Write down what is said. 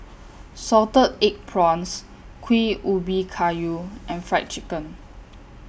Salted Egg Prawns Kuih Ubi Kayu and Fried Chicken